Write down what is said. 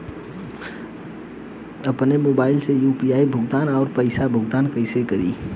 आपन मोबाइल से यू.पी.आई भुगतान ऐपसे पईसा भुगतान कइसे करि?